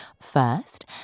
first